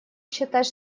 считать